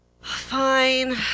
Fine